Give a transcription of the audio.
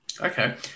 Okay